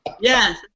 Yes